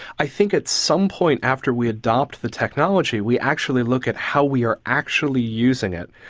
i think at some point after we adopt the technology we actually look at how we are actually using it,